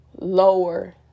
lower